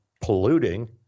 polluting